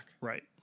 Right